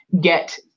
get